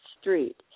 Street